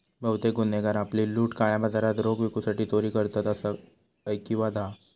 बहुतेक गुन्हेगार आपली लूट काळ्या बाजारात रोख विकूसाठी चोरी करतत, असा ऐकिवात हा